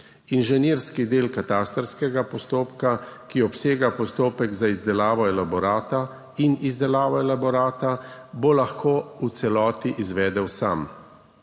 inženirski del katastrskega postopka, ki obsega postopek za izdelavo elaborata in izdelavo elaborata, bo lahko v celoti izvedel sam.